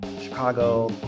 chicago